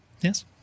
Yes